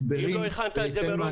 אם לא הכנת את זה מראש, לא.